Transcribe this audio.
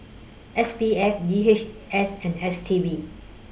S P F D H S and S T B